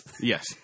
Yes